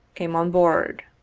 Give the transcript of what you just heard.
came on board.